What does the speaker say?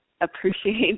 appreciate